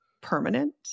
permanent